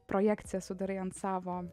projekciją sudarai ant savo